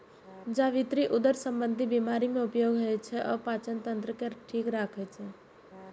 जावित्री उदर संबंधी बीमारी मे उपयोग होइ छै आ पाचन तंत्र के ठीक राखै छै